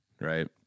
Right